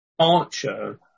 Archer